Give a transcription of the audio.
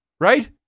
Right